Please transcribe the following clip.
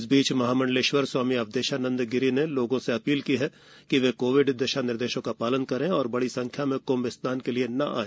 इस बीच महामंडलेश्वर स्वामी अवधेशानंद गिरी ने लोगों से अपील की है कि वे कोविड दिशानिर्देशों का पालन करें और बड़ी संख्या में क्ंभ स्नान के लिए न आए